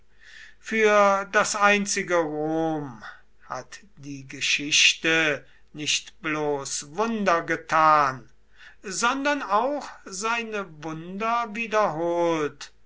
für das einzige rom hat die geschichte nicht bloß wunder getan sondern auch seine wunder wiederholt